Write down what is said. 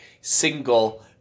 single